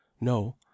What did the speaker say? No